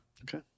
Okay